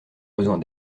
besoin